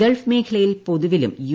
Gulf മേഖലയിൽ പൊതുവിലും U